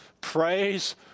praise